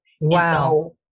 Wow